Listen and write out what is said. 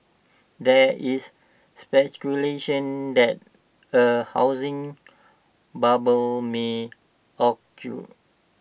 there is speculation that A housing bubble may